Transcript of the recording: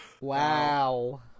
Wow